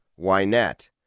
Wynette